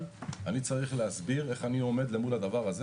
אני צריך להסביר איך אני עומד למול הדבר הזה,